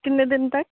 ਕਿੰਨੇ ਦਿਨ ਤੱਕ